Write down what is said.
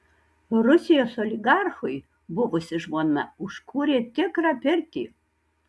rusijos oligarchui buvusi žmona užkūrė tikrą pirtį